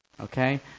Okay